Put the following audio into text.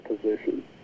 position